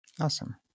Awesome